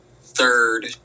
third